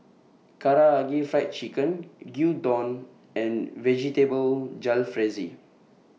Karaage Fried Chicken Gyudon and Vegetable Jalfrezi